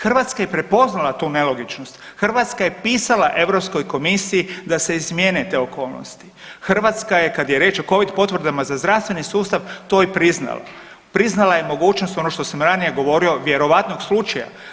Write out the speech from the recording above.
Hrvatska je prepoznala tu nelogičnost, Hrvatska je pisala Europskoj da se izmijene te okolnosti, Hrvatska je kada je riječ o covid potvrdama za zdravstveni sustav to i priznala, priznala je mogućnost ono što sam ranije govorio, vjerovatnog slučaja.